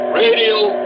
radial